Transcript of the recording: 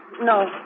No